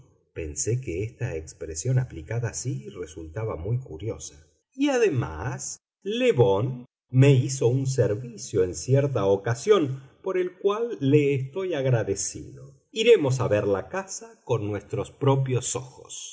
opinión una investigación del asunto nos servirá de distracción yo pensé que esta expresión aplicada así resultaba muy curiosa y además le bon me hizo un servicio en cierta ocasión por el cual le estoy agradecido iremos a ver la casa con nuestros propios ojos